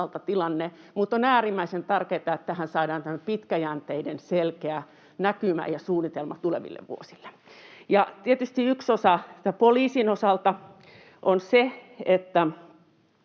mutta on äärimmäisen tärkeätä, että tähän saadaan tämmöinen pitkäjänteinen, selkeä näkymä ja suunnitelma tuleville vuosille. Tietysti yksi osa poliisin osalta on se, että